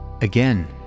Again